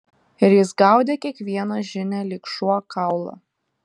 ir jis gaudė kiekvieną žinią lyg šuo kaulą